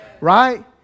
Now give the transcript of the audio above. right